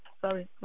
Sorry